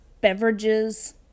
beverages